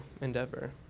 endeavor